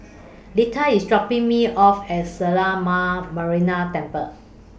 Lita IS dropping Me off At Ma Marina Temple